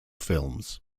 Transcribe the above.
films